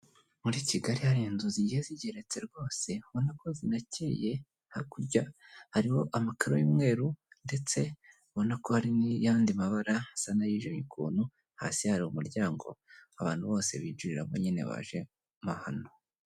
Muri Kigali hari nzu zigiye zigeretse rwose ubona ko zinakeye. Hakurya hariho amakaro y'umweru ndetse ubona ko hari n'ayandi mabara asa n'ayijimye ukuntu. Hasi hari umuryango abantu bose binjiriramo nyine baje mo hano.